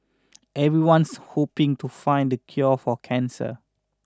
everyone's hoping to find the cure for cancer